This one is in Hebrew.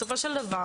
בסופו של דבר,